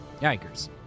Yikers